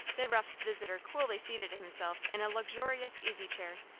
the rough visitor coolly seated himself in a luxurious easy-chair,